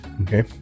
okay